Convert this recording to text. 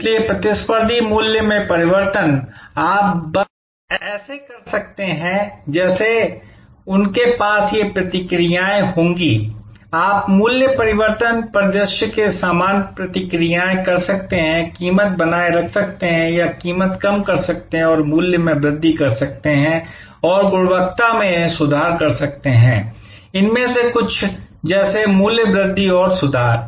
इसलिए प्रतिस्पर्धी मूल्य में परिवर्तन आप बस ऐसे कर सकते हैं जैसे उनके पास ये प्रतिक्रियाएं होंगी आप मूल्य परिवर्तन परिदृश्य के समान प्रतिक्रियाएं कर सकते हैं कीमत बनाए रख सकते हैं या कीमत कम कर सकते हैं और मूल्य में वृद्धि कर सकते हैं और गुणवत्ता में सुधार कर सकते हैं इनमें से कुछ जैसे मूल्य वृद्धि और सुधार